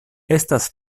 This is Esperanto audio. estas